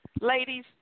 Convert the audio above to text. ladies